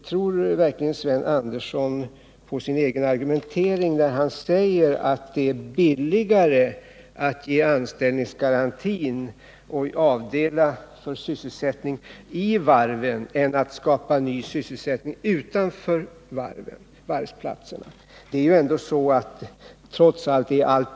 Tror verkligen Sven Andersson på sin egen argumentering när han säger att det är billigare att ge anställningsgarantin och avdela folk för sysselsättning i varven än att skapa ny sysselsättning utanför varvsplatserna?